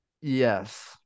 Yes